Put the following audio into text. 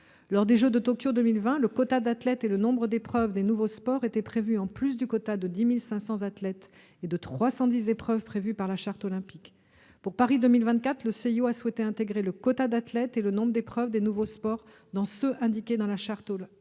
Lors des Jeux de Tokyo de 2020, le quota d'athlètes et le nombre d'épreuves des nouveaux sports étaient prévus en plus du quota de 10 500 athlètes et de 310 épreuves prévus par la Charte olympique. Pour Paris 2024, le CIO a souhaité intégrer le quota d'athlètes et le nombre d'épreuves des nouveaux sports dans ceux qui sont indiqués dans la Charte olympique.